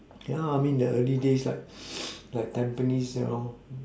ya I mean the early days like like Tampines you know